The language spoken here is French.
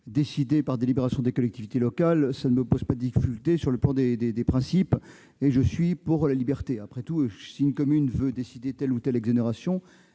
décidées par délibération des collectivités locales ne me posent pas de difficultés sur le plan des principes, et je suis pour la liberté. Après tout, si une commune veut mettre en place telle ou telle exonération,